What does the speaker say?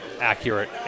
accurate